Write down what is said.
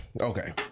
okay